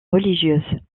religieuses